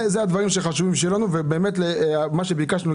זה הדברים שחשובים שיהיה לנו ובאמת מה שביקשנו,